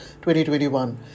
2021